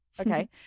okay